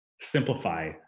simplify